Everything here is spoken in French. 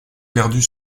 perdu